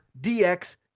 DX